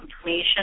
information